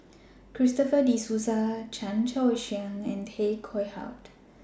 Christopher De Souza Chan Choy Siong and Tay Koh Yat